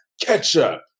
ketchup